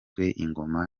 ingoma